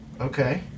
Okay